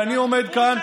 ואני עומד כאן,